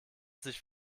sich